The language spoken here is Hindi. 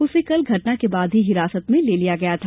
उसे कल घटना के बाद ही हिरासत में ले लिया गया था